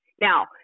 Now